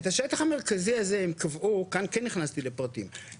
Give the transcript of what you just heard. וכאן כן נכנסתי לפרטים,